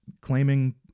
claiming